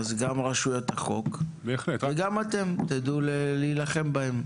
גם רשויות החוק וגם אתם תדעו להילחם בהם.